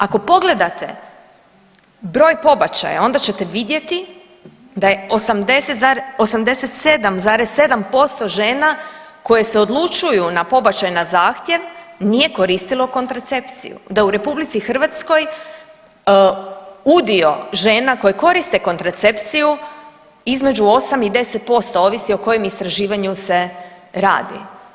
Ako pogledate broj pobačaja onda ćete vidjeti da je 87,7% žena koje se odlučuju na pobačaj na zahtjev nije koristilo kontracepciju, da je u RH udio žena koje koriste kontracepciju između 8 i 10% ovisi o kojem istraživanju se radi.